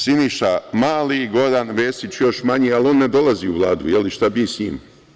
Siniša Mali, Goran Vesić još manji, ali on ne dolazi u Vladu, je li, šta bi s njim?